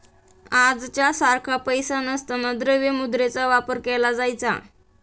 आजच्या सारखा पैसा नसताना द्रव्य मुद्रेचा वापर केला जायचा